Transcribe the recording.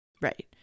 Right